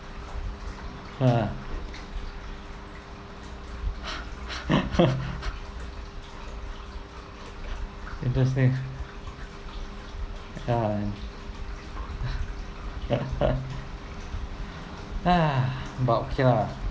ya interesting ya but okay lah